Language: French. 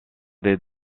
des